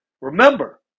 Remember